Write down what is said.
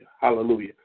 Hallelujah